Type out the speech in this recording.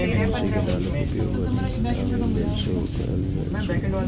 मौसरी के दालिक उपयोग वजन घटाबै लेल सेहो कैल जाइ छै